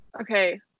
Okay